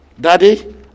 daddy